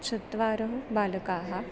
चत्वारः बालकाः